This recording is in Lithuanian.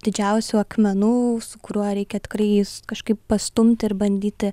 didžiausių akmenų su kuriuo reikia tikrai jis kažkaip pastumti ir bandyti